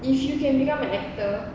if you can become an actor